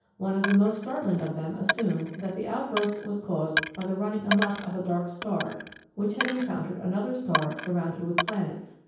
one of the most startling of them assumed that the outburst was caused by the running amuck of a dark star which had encountered another star surrounded with planets,